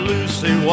Lucy